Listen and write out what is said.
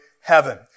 heaven